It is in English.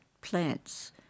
plants